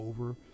over